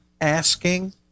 asking